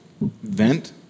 vent